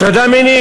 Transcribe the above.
על הטרדה מינית.